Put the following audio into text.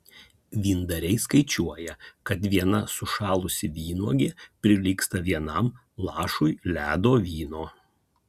vyndariai skaičiuoja kad viena sušalusi vynuogė prilygsta vienam lašui ledo vyno